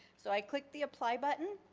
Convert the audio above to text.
so i click the apply button.